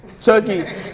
Chucky